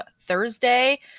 Thursday